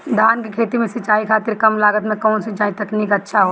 धान के खेती में सिंचाई खातिर कम लागत में कउन सिंचाई तकनीक अच्छा होई?